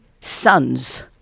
sons